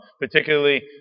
Particularly